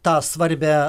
tą svarbią